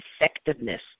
effectiveness